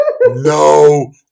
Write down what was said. no